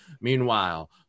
Meanwhile